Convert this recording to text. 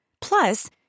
Plus